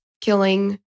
killing